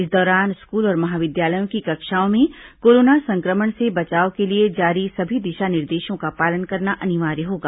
इस दौरान स्कूल और महाविद्यालयों की कक्षाओं में कोरोना संक्रमण से बचाव के लिए जारी सभी दिशा निर्देशों का पालन करना अनिवार्य होगा